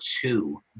two